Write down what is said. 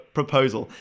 proposal